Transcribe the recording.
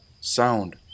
sound